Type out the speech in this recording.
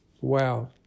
Wow